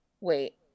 Wait